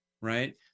Right